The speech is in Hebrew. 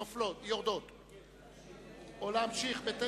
64 נגד, אין נמנעים.